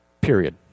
Period